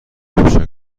کوچک